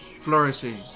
flourishing